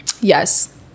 Yes